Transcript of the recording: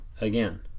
again